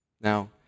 Now